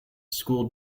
school